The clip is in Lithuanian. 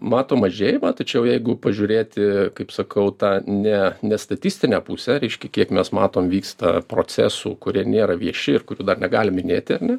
matom mažėjimą tačiau jeigu pažiūrėti kaip sakau tą ne nestatistinę pusę reiškia kiek mes matom vyksta procesų kurie nėra vieši ir kurių dar negalim minėti ar ne